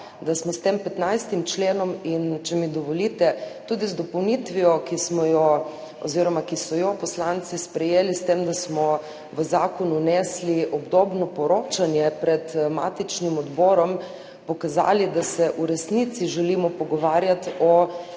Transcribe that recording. da smo s tem 15. členom, in če mi dovolite, tudi z dopolnitvijo, ki smo jo oziroma ki so jo poslanci sprejeli, s tem da smo v zakon vnesli obdobno poročanje pred matičnim odborom, pokazali, da se v resnici želimo pogovarjati o številkah,